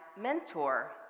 mentor